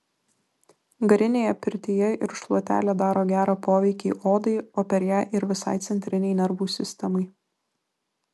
garinėje pirtyje ir šluotelė daro gerą poveikį odai o per ją ir visai centrinei nervų sistemai